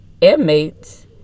inmates